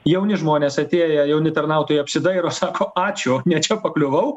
jauni žmonės atėję jauni tarnautojai apsidairo sako ačiū ne čia pakliuvau